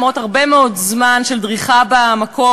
למרות הרבה מאוד זמן של דריכה במקום,